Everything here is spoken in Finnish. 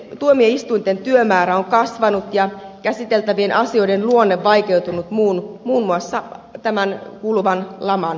tuomioistuinten työmäärä on kasvanut ja käsiteltävien asioiden luonne vaikeutunut muun muassa tämän kuluvan laman vuoksi